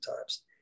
times